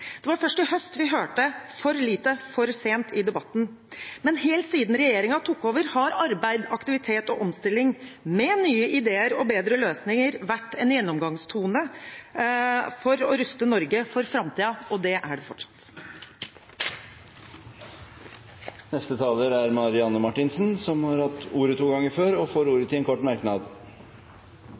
Det var først i høst vi hørte «for lite, for sent» i debatten. Men helt siden regjeringen tok over, har arbeid, aktivitet og omstilling med nye ideer og bedre løsninger vært en gjennomgangstone for å ruste Norge for framtiden, og det er det fortsatt. Representanten Marianne Marthinsen har hatt ordet to ganger tidligere og får ordet til en kort merknad,